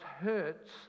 hurts